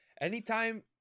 Anytime